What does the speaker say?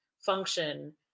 function